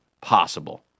possible